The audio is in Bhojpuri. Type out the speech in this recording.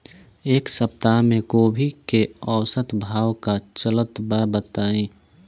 एक सप्ताह से गोभी के औसत भाव का चलत बा बताई?